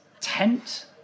tent